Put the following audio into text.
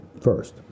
First